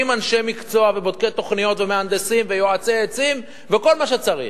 עם אנשי מקצוע ובודקי תוכניות ומהנדסים ויועצי עצים וכל מה שצריך.